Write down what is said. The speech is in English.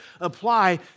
apply